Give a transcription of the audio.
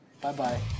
Bye-bye